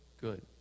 Good